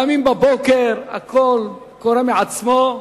קמים בבוקר, הכול קורה מעצמו,